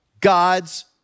God's